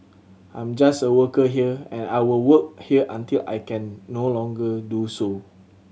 I'm just a worker here and I will work here until I can no longer do so